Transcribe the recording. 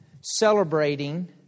celebrating